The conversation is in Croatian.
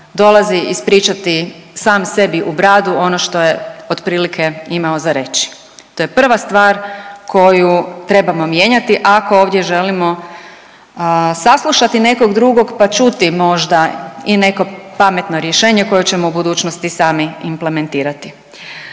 dolazi ispričati sam sebi u bradu ono što je otprilike imao za reći. To je prva stvar koju trebamo mijenjati ako ovdje želimo saslušati nekog drugog, pa čuti možda i neko pametno rješenje koje ćemo u budućnosti sami implementirati.